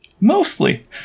Mostly